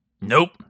Nope